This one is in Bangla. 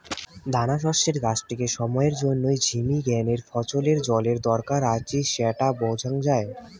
দানাশস্যের গাছটিকে সময়ের জইন্যে ঝিমি গ্যানে ফছলের জলের দরকার আছি স্যাটা বুঝাং যাই